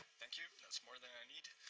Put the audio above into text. thank you. that's more than i need.